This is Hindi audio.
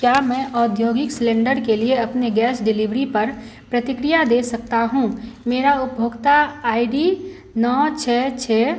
क्या मैं औद्योगिक सिलिंडर के लिए अपने गैस डिलीवरी पर प्रतिक्रिया दे सकता हूँ मेरा उपभोक्ता आई डी नौ छः छः